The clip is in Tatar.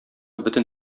бөтен